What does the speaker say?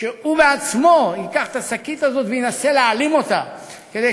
שהוא בעצמו ייקח את השקית הזאת וינסה להעלים אותה כדי